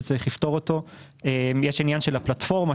שצריך לפתור אותו; יש את עניין של הפלטפורמה,